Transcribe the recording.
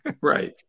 Right